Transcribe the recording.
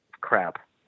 crap